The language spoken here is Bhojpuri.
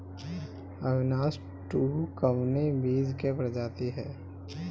अविनाश टू कवने बीज क प्रजाति ह?